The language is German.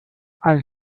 ein